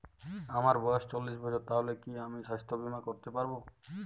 আমার বয়স চল্লিশ বছর তাহলে কি আমি সাস্থ্য বীমা করতে পারবো?